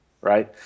right